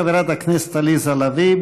חברת הכנסת עליזה לביא,